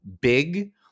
big